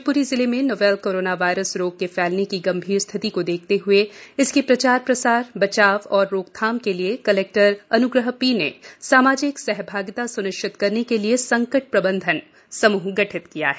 शिवपुरी जिले में novel corona virus रोग के फैलने की गंभीर स्थिति को देखते हए इसके प्रचार प्रसार बचाव व रोकथाम हेत् कलेक्टर अन्ग्रहा पी ने सामाजिक सहभागिता स्निश्चित करने के लिए संकट प्रबंधन समूह गठित किया है